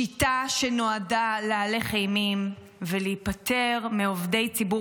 שיטה שנועדה להלך אימים ולהיפטר מעובדי ציבור